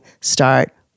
start